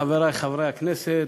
חברי חברי הכנסת,